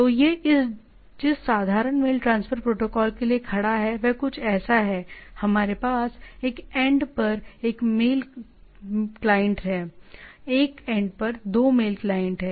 तो यह जिस साधारण मेल ट्रांसफर प्रोटोकॉल के लिए खड़ा है वह कुछ ऐसा है हमारे पास एक एंड पर एक मेल क्लाइंट है एक एंड पर 2 मेल क्लाइंट हैं